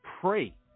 pray